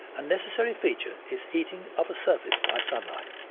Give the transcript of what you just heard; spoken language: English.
a necessary feature is heating of a surface by sunlight.